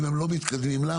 אם הם לא מתקדמים למה,